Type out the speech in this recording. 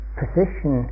position